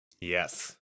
Yes